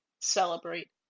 celebrate